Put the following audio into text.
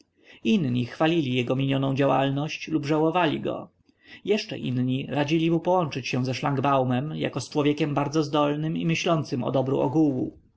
inni chwalili jego minioną działalność lub żałowali go jeszcze inni radzili mu połączyć się ze szlangbaumem jako z człowiekiem bardzo zdolnym i myślącym o dobru ogółu